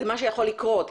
את מה שיכול לקרות.